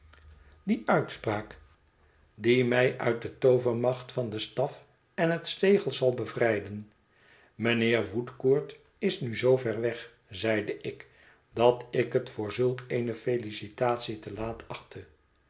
die uitspraak die mij uit de toovermacht van den staf en het zegel zal bevrijden mijnheer woodcourt is nu zoo ver weg zeide ik dat ik het voor zulk eene felicitatie te laat achtte